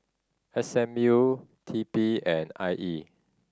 S M U T P and I E